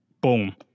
Boom